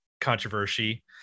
controversy